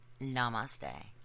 Namaste